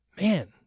man